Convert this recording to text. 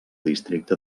districte